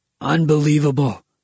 Unbelievable